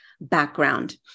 background